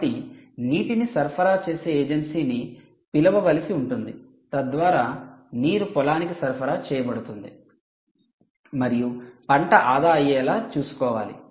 కాబట్టి నీటిని సరఫరా చేసే ఏజెన్సీని పిలవవలసి ఉంటుంది తద్వారా నీరు పొలానికి సరఫరా చేయబడుతుంది మరియు పంట ఆదా అయ్యేలా చూసుకోవాలి